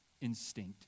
instinct